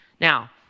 Now